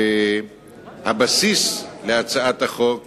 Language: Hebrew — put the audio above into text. והבסיס להצעת החוק